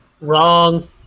Wrong